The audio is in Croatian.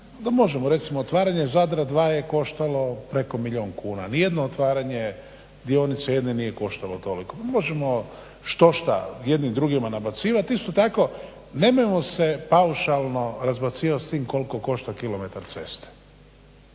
onda možemo recimo otvaranjem Zadra dva je koštalo preko milijun kuna, nijedno otvaranje dionice jedne nije koštalo toliko, možemo štošta jedni drugima nabacivati, isto tako nemremo se paušalno razbacivati s tim koliko košta kilometar ceste,